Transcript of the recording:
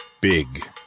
Big